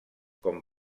com